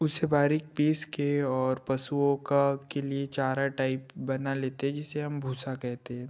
उसे बारीक पीस कर और पशुओं का के लिए चारा टाइप बना लेते हैं जिसे हम भूसा कहते हैं